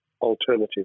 alternative